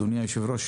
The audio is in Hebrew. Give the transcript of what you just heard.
אדוני היושב ראש,